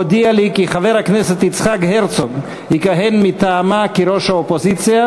הודיעה לי כי חבר הכנסת יצחק הרצוג יכהן מטעמה כראש האופוזיציה,